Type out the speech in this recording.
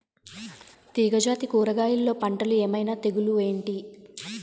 తీగ జాతి కూరగయల్లో పంటలు ఏమైన తెగులు ఏంటి?